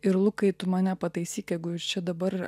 ir lukai tu mane pataisyk jeigu jūs čia dabar